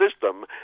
system